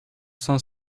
cinq